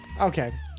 Okay